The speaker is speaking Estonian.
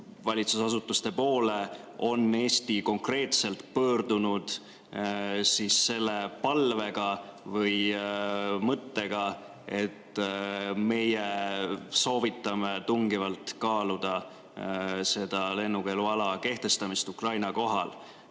valitsusasutuste poole on Eesti konkreetselt pöördunud selle palvega või mõttega, et meie soovitame tungivalt kaaluda lennukeeluala kehtestamist Ukraina kohal?